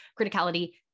criticality